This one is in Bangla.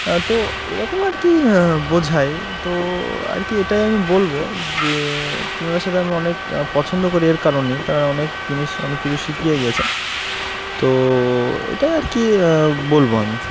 তো এরকম আর কি বোঝায় তো আর কি এটাই আমি বলবো যে তাদের সাথে আমি অনেক পছন্দ করি এর কারণই তারা অনেক জিনিস অনেক কিছু শিখিয়ে গিয়েছে তো এটাই আর কি বলবো আমি